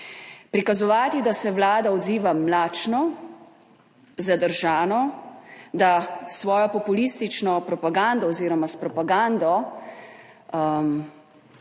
Prikazovati, da se Vlada odziva mlačno, zadržano, da s svojo populistično propagando oziroma s propagando